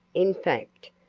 in fact,